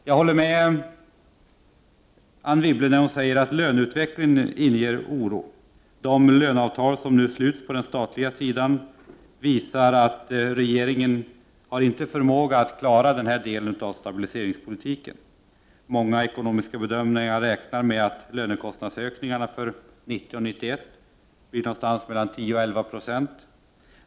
Jag håller med Anne Wibble när hon säger att löneutvecklingen inger oro. De löneavtal som nu sluts på den statliga sidan visar att regeringen inte har förmåga att klara denna del av stabiliseringspolitiken. Många ekonomiska bedömare räknar med att lönekostnadsökningarna för 1990 och 1991 blir 10— 11 70.